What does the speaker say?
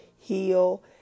heal